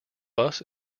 bus